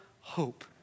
hope